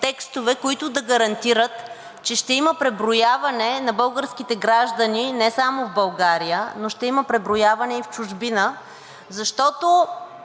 текстове, които да гарантират, че ще има преброяване на българските граждани не само в България, но ще има преброяване и в чужбина, защото